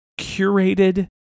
curated